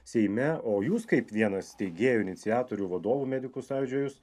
seime o jūs kaip vienas steigėjų iniciatorių vadovų medikų sąjūdžio jūs